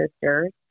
sisters